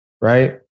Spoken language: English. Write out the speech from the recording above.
right